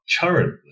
currently